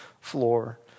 floor